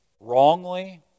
wrongly